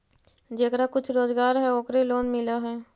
जेकरा कुछ रोजगार है ओकरे लोन मिल है?